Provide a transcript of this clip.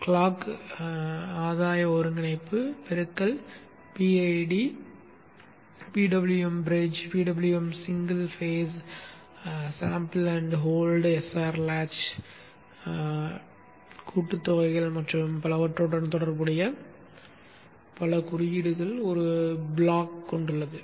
clock ஆதாய ஒருங்கிணைப்பு பெருக்கல் PID PWM bridge PWM single phase sample and hold SR latch கூட்டுத்தொகைகள் மற்றும் பலவற்றுடன் தொடர்புடைய பல குறியீடுகளை கொண்ட ஒரு பிளாக் கொண்டுள்ளது